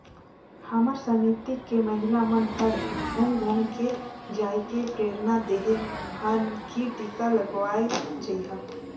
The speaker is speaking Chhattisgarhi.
हमर समिति के महिला मन हर घुम घुम के जायके प्रेरना देहे हन की टीका लगवाये जइहा